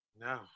no